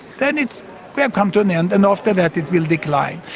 then it's we have come to an end and after that it will decline.